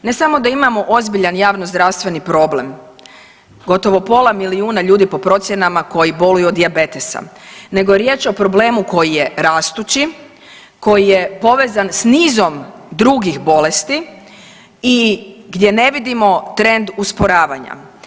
Ne samo da imamo ozbiljan javnozdravstveni problem, gotovo pola milijuna ljudi po procjenama koji boluju od dijabetesa, nego je riječ o problemu koji je rastući, koji je povezan s nizom drugih bolesti i gdje ne vidimo trend usporavanja.